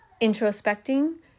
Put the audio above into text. introspecting